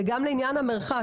גם לעניין המרחק,